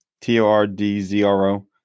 T-O-R-D-Z-R-O